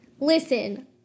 listen